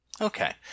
Okay